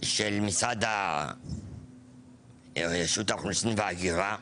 של רשות האוכלוסין וההגירה,